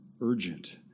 urgent